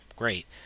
Great